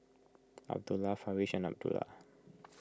Abdullah Farish and Abdullah